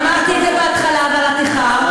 אמרתי את זה בהתחלה, אבל את איחרת.